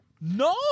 No